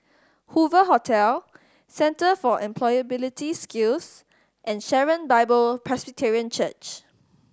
Hoover Hotel Centre for Employability Skills and Sharon Bible Presbyterian Church